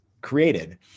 created